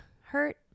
hurt